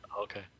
Okay